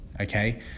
okay